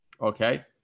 Okay